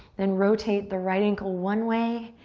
then rotate the right ankle one way,